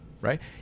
right